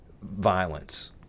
violence